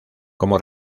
como